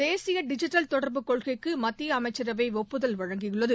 தேசிய டிஜிட்டல் தொடர்பு கொள்கைக்கு மத்திய அமைச்சரவை ஒப்புதல் அளித்துள்ளது